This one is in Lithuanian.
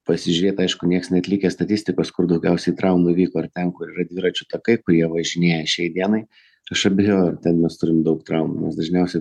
pasižiūrėt aišku niekas neatlikęs statistikos kur daugiausiai traumų įvyko ar ten kur yra dviračių takai kurie važinėja šiai dienai aš abejoju ar ten mes turim daug traumų mes dažniausiai